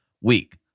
week